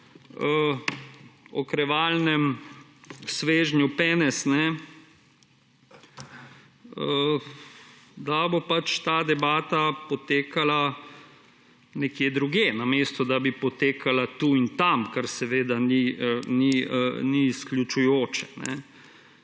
okrevalnem svežnju penez, da bo ta debata potekala nekje drugje namesto, da bi potekala tu in tam, kar seveda ni izključujoče.